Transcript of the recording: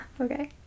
Okay